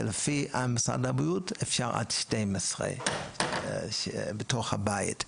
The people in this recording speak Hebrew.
שלפי משרד הבריאות אפשר עד 12 בתוך הבית,